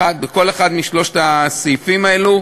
עבר את הגבול המותר בכל אחד משלושת הסעיפים האלו,